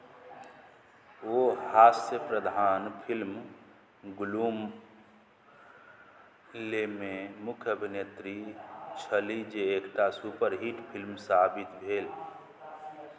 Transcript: ओ हास्य प्रधान फिल्म गुलुमलेमे मुख्य अभिनेत्री छलीह जे एक टा सुपरहिट फिल्म साबित भेल